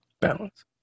Balance